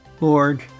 Lord